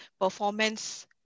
performance